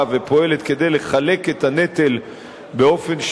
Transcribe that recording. ופועלת כדי לחלק את הנטל באופן שוויוני,